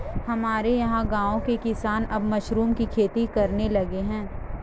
हमारे यहां गांवों के किसान अब मशरूम की खेती करने लगे हैं